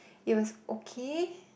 it was okay